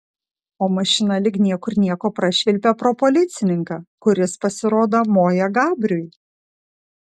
o mašina lyg niekur nieko prašvilpė pro policininką kuris pasirodo moja gabriui